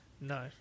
No